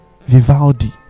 Vivaldi